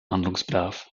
handlungsbedarf